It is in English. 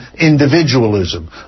individualism